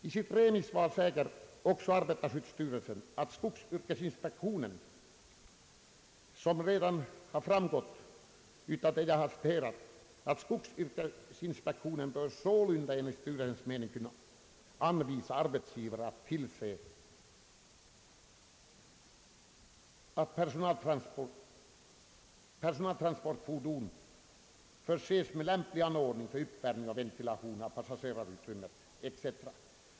I sitt remissvar säger arbetarskyddsstyrelsen också: »Skogsyrkesinspektionen bör sålunda enligt styrelsens mening kunna anvisa arbetsgivare att tillse, att personaltransportfordon förses med lämplig anordning för uppvärmning och ventilation av passagerarutrymmet ———».